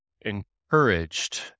encouraged